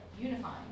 unifying